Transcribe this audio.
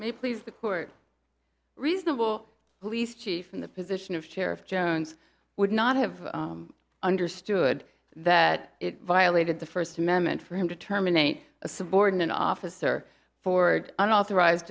may please the court reasonable police chief in the position of sheriff jones would not have understood that it violated the first amendment for him to terminate a subordinate officer forde unauthorized